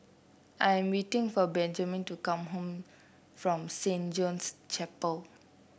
I'm waiting for Benjman to come home from Saint John's Chapel